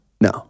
No